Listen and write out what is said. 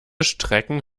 strecken